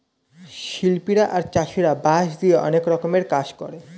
শিল্পীরা আর চাষীরা বাঁশ দিয়ে অনেক রকমের কাজ করে